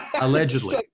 allegedly